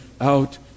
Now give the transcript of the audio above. out